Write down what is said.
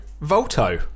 Volto